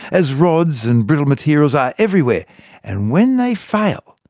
as rods and brittle materials are everywhere and when they fail,